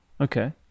Okay